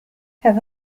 have